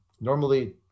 normally